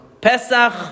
Pesach